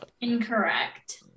Incorrect